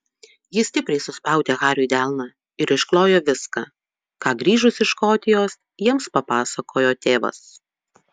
ji stipriai suspaudė hariui delną ir išklojo viską ką grįžus iš škotijos jiems papasakojo tėvas